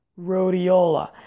rhodiola